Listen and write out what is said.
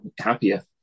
happier